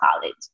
college